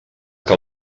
que